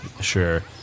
Sure